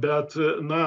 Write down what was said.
bet na